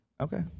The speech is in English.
Okay